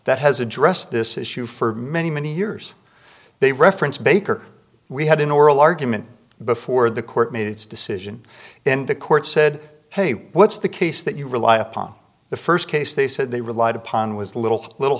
that has addressed this issue for many many years they reference baker we had an oral argument before the court made its decision and the court said hey what's the case that you rely upon the first case they said they relied upon was little little